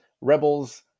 rebels